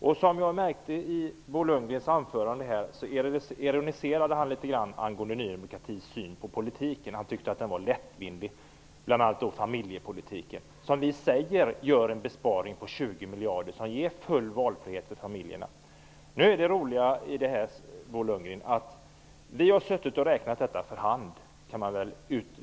Bo Lundgren ironiserade i sitt anförande litet grand över Ny demokratis syn på politiken. Han tyckte att den var lättvindig. Det gällde bl.a. familjepolitiken, som vi säger innebär en besparing på 20 miljarder och ger full frihet för familjerna. Vi har suttit och räknat ut detta för hand.